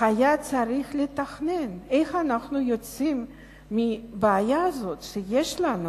היה צריך לתכנן איך אנחנו יוצאים מהבעיה הזאת שיש לנו,